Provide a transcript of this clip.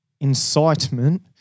incitement